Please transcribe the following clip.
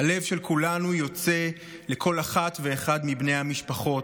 הלב של כולנו יוצא לכל אחת ואחד מבני המשפחות,